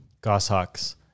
goshawks